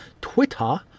Twitter